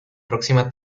próxima